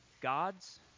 God's